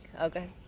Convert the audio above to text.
okay